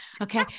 Okay